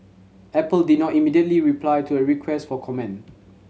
Apple did not immediately reply to a request for comment